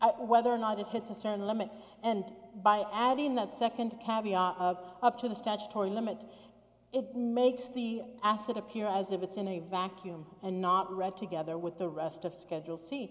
y whether or not it hits a certain limit and by adding that second caviar up to the statutory limit it makes the asset appear as if it's in a vacuum and not read together with the rest of schedule c